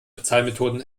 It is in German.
bezahlmethoden